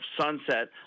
sunset